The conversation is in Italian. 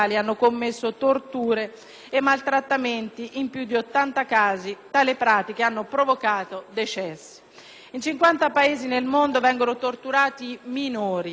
in più di 80 casi, tali pratiche hanno provocato decessi. In 50 Paesi nel mondo vengono torturati minori e non deve sorprendere che la tortura avvenga